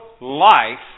life